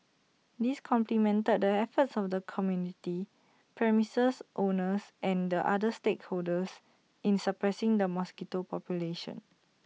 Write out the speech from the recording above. this complemented the efforts of the community premises owners and other stakeholders in suppressing the mosquito population